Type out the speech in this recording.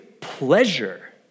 pleasure